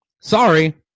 sorry